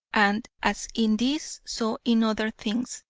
and as in this so in other things.